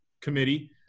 committee